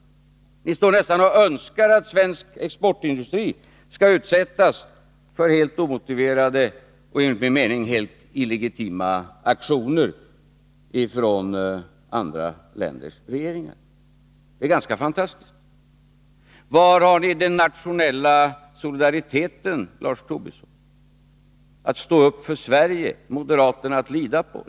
Ni står här och nästan önskar att svensk exportindustri skall utsättas för helt omotiverade och enligt min mening helt illegitima aktioner från andra länders regeringar. Det är ganska fantastiskt. Var finns den nationella solidariteten, Lars Tobisson? Hur är det med slagorden om att stå upp för Sverige och att moderaterna är att lita på?